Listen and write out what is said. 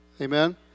Amen